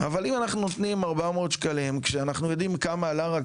אבל אם אנחנו נותנים 400 שקלים כשאנחנו יודעים כמה עלה רק